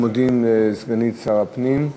אנחנו מודים לסגנית שר הפנים.